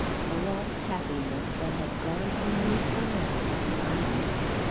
the lost happiness that had gone from me for ever in my youth!